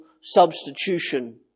substitution